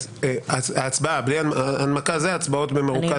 הצבעות במרוכז.